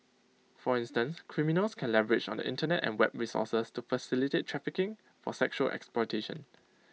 for instance criminals can leverage on the Internet and web resources to facilitate trafficking for sexual exploitation